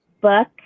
book